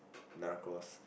narcos